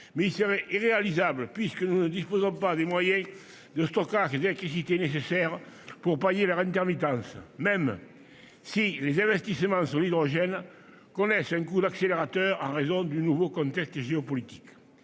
mais irréalisable, puisque nous ne disposons pas des moyens de stockage d'électricité nécessaires pour pallier les intermittences- même si les investissements dans l'hydrogène connaissent un coup d'accélérateur en raison du nouveau contexte géopolitique.